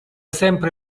sempre